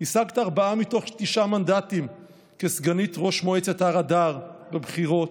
השגת ארבעה מתוך תשעה מנדטים כסגנית ראש מועצת הר אדר בבחירות,